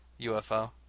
UFO